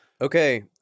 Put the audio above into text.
Okay